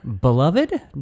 beloved